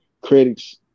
critics